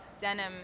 denim